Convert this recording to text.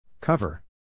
Cover